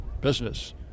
business